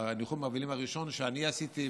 ניחום האבלים הראשון שעשיתי,